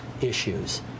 issues